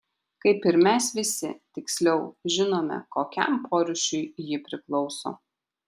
kaip ir mes visi tiksliau žinome kokiam porūšiui ji priklauso